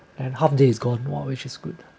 and half day is gone !wah! which is good